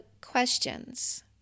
questions